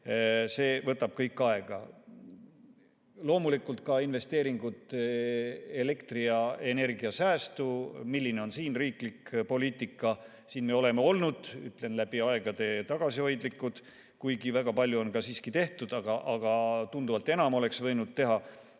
See kõik võtab aega. Loomulikult ka investeeringud elektri‑ ja energiasäästu. Milline on siin riiklik poliitika? Siin me oleme olnud läbi aegade tagasihoidlikud, kuigi väga palju on tehtud, aga tunduvalt enam oleks võinud teha.